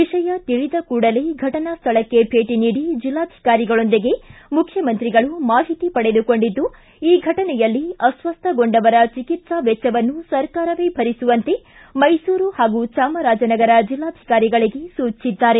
ವಿಷಯ ತಿಳಿದ ಕೂಡಲೇ ಫಟನಾ ಸ್ಥಳಕ್ಕೆ ಭೇಟಿ ನೀಡಿ ಜೆಲ್ಲಾಧಿಕಾರಿಗಳೊಂದಿಗೆ ಮುಖ್ಯಮಂತ್ರಿಗಳು ಮಾಹಿತಿ ಪಡೆದುಕೊಂಡಿದ್ದು ಈ ಘಟನೆಯಲ್ಲಿ ಅಸ್ವಸ್ಟಗೊಂಡವರ ಚಿಕಿತ್ಲಾ ವೆಚ್ಚವನ್ನು ಸರ್ಕಾರವೇ ಭರಿಸುವಂತೆ ಮೈಸೂರು ಹಾಗೂ ಚಾಮರಾಜನಗರ ಜಿಲ್ಲಾಧಿಕಾರಿಗಳಿಗೆ ಸೂಚಿಸಿದ್ದಾರೆ